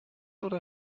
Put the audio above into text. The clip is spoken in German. oder